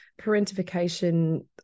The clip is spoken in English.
Parentification